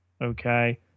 okay